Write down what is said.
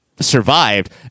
survived